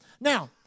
Now